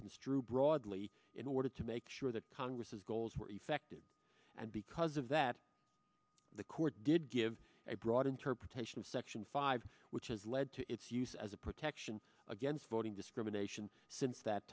broadly in order to make sure that congress has goals were effective and because of that the court did give a broad interpretation of section five which has led to its use as a protection against voting discrimination since that